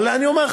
אבל אני אומר לך,